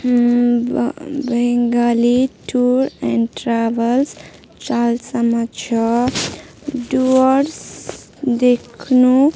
ब Bangali tour and travels चालसामा छ डुवर्स देख्नु